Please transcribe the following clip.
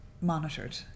monitored